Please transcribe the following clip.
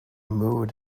mood